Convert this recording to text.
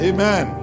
Amen